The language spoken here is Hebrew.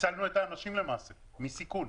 הצלנו את האנשים למעשה מסיכון.